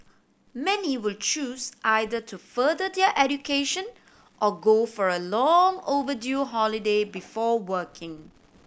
many will choose either to further their education or go for a long overdue holiday before working